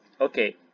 okay